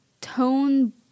Tone